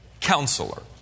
counselor